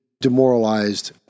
demoralized